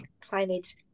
climate